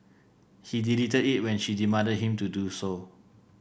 he deleted it when she demanded him to do so